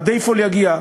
עד איפה להגיע.